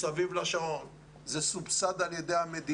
תסביר לי איך הגעת ל-90 מיליון.